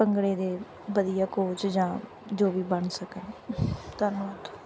ਭੰਗੜੇ ਦੇ ਵਧੀਆ ਕੋਚ ਜਾਂ ਜੋ ਵੀ ਬਣ ਸਕਣ ਧੰਨਵਾਦ